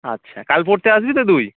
আচ্ছা কাল পড়তে আসবি তো তুই